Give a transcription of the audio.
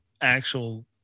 actual